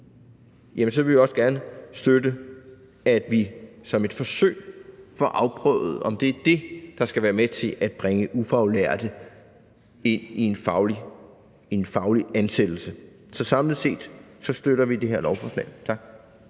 så vil vi også gerne støtte, at vi som et forsøg får afprøvet, om det er det, der skal være med til at bringe ufaglærte ind i en faglig ansættelse. Så samlet set støtter vi det her lovforslag. Tak.